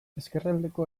ezkerraldeko